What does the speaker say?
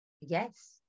yes